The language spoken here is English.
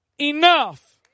enough